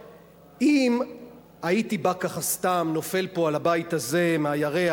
אם הייתי בא ככה סתם, נופל פה על הבית הזה מהירח,